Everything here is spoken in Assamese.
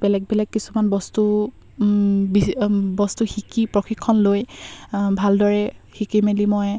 বেলেগ বেলেগ কিছুমান ব বস্তু শিকি প্ৰশিক্ষণ লৈ ভালদৰে শিকি মেলি মই